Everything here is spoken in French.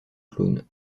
clown